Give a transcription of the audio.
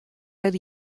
har